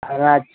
அதுதான்